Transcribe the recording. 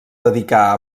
dedicà